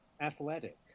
athletic